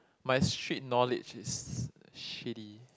my street knowledge is shitty